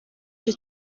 cyo